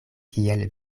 kiel